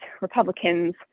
Republicans